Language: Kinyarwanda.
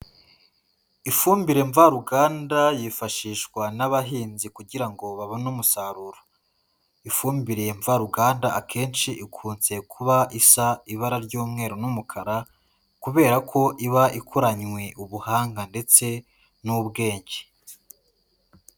Ifumbire mvaruganda yifashishwa n'abahinzi kugira ngo babone umusaruro. Ifumbire mvaruganda akenshi ikunze kuba isa ibara ry'umweru n'umukara kubera ko iba ikoranywe ubuhanga ndetse n'ubwenge.